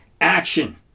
action